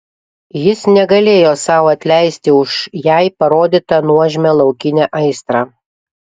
jis negalėjo sau atleisti už jai parodytą nuožmią laukinę aistrą